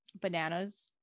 bananas